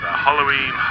Halloween